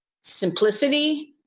simplicity